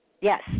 Yes